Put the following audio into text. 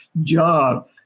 job